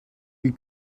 you